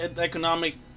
economic